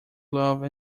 glove